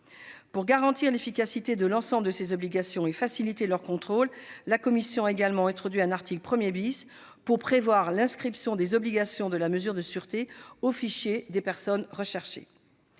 Pour garantir l'efficacité de l'ensemble de ces obligations et faciliter leur contrôle, la commission des lois a également introduit un article 1 prévoyant l'inscription des obligations de la mesure de sûreté au fichier des personnes recherchées.